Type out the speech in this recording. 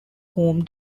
whom